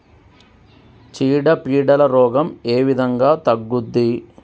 చీడ పీడల రోగం ఏ విధంగా తగ్గుద్ది?